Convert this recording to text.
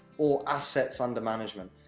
or assets under management.